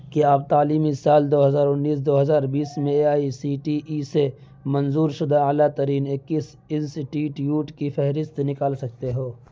کیا آپ تعلیمی سال دو ہزار انیس دو ہزار بیس میں A I C T E سے منظور شدہ اعلی ترین اکیس انسٹیٹیوٹ کی فہرست نکال سکتے ہو